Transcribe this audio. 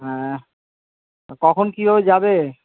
হ্যাঁ কখন কি ও যাবে